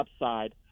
upside